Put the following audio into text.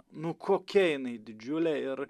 nu kokia jinai didžiulė ir